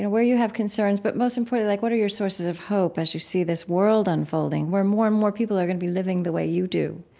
and where you have concerns, but most important like what are your sources of hope as you see this world unfolding where more and more people are going to be living the way you do,